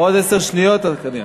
עוד עשר שניות, קדימה.